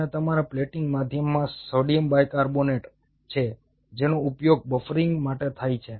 અને તમારા પ્લેટિંગ માધ્યમમાં સોડિયમ બાયકાર્બોનેટ છે જેનો ઉપયોગ બફરિંગ માટે થાય છે